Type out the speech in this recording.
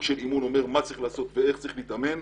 של אימון אומר מה צריך לעשות ואיך צריך להתאמן.